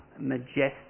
majestic